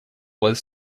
was